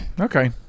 okay